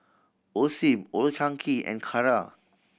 Osim Old Chang Kee and Kara